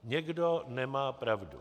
Někdo nemá pravdu.